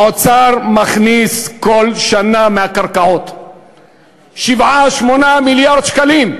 האוצר מכניס כל שנה מהקרקעות 8-7 מיליארד שקלים.